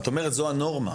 את אומרת זאת הנורמה,